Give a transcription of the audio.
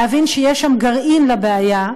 להבין שיש שם גרעין לבעיה,